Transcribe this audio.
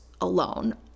alone